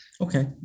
okay